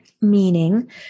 meaning